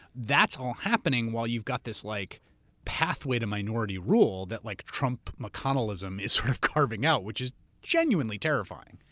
that's all happening while you've got this like pathway to minority rule that like trump-mcconnellism is is sort of carving out, which is genuinely terrifying.